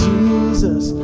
Jesus